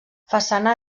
façana